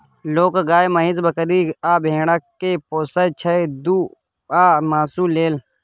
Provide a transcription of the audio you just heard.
लोक गाए, महीष, बकरी आ भेड़ा केँ पोसय छै दुध आ मासु लेल